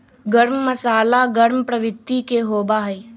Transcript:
गर्म मसाला गर्म प्रवृत्ति के होबा हई